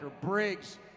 Briggs